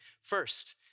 First